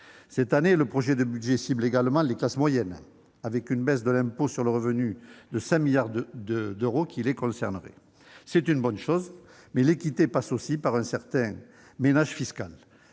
Cette année, le projet de budget cible également les classes moyennes, avec une baisse de l'impôt sur le revenu de 5 milliards d'euros qui les concernerait. C'est une bonne chose, mais l'équité passe aussi par un certain ménage fiscal.